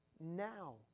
now